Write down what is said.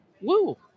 Woo